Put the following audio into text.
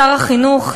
שר החינוך,